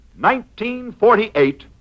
1948